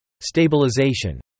Stabilization